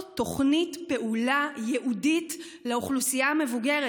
תוכנית פעולה ייעודית לאוכלוסייה המבוגרת.